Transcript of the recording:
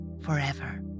forever